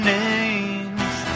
names